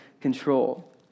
control